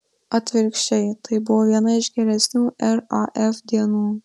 atvirkščiai tai buvo viena iš geresnių raf dienų